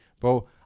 Bro